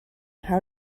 how